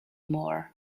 more